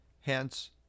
Hence